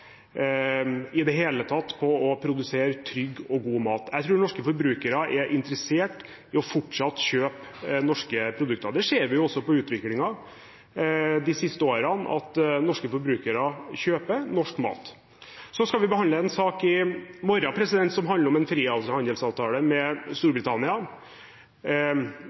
å produsere trygg og god mat. Jeg tror norske forbrukere er interessert i fortsatt å kjøpe norske produkter. Vi ser også på utviklingen de siste årene at norske forbrukere kjøper norsk mat. Vi skal behandle en sak i morgen som handler om en frihandelsavtale med Storbritannia.